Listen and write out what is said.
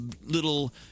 little